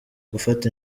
gufata